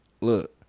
Look